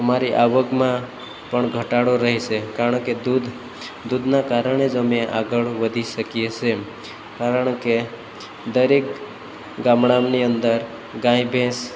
અમારી આવકમાં પણ ધટાડો રહે છે કારણ કે દૂધ દૂધના કારણે જ અમે આગળ વધી શકીએ છે કારણ કે દરેક ગામડાંની અંદર ગાય ભેંસ